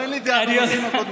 אין לי דעה על הנושאים הקודמים.